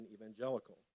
evangelical